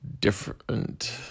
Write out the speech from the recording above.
different